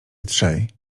trzej